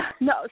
No